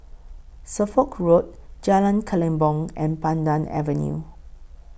Suffolk Road Jalan Kelempong and Pandan Avenue